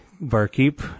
barkeep